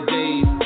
days